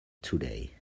today